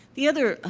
the other,